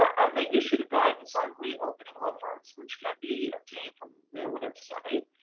and they issued a guidance on reopening law firms, which can be obtained from their website.